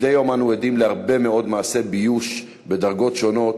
מדי יום אנו עדים להרבה מאוד מעשי ביוש בדרגות שונות,